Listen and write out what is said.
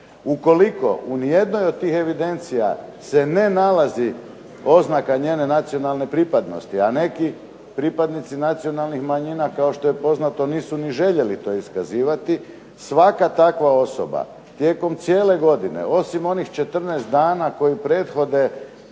Ukoliko u nijednoj od tih evidencija se ne nalazi oznaka njene nacionalne pripadnosti a neki pripadnici nacionalnih manjina kao što je poznato nisu ni željeli to iskazivati svaka takva osoba tijekom cijele godine osim onih 14 dana koji prethode